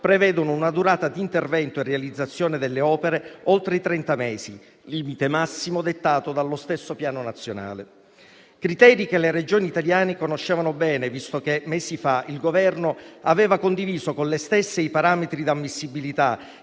prevedono una durata di intervento e realizzazione delle opere oltre i trenta mesi, limite massimo dettato dallo stesso PNRR. Parliamo di criteri che le Regioni italiane conoscevano bene, visto che mesi fa il Governo aveva condiviso con le stesse i parametri di ammissibilità